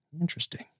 Interesting